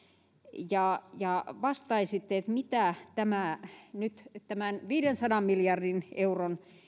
ja ja vastaisitte mitä nyt tämän viidensadan miljardin euron